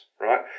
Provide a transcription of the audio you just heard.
right